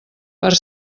per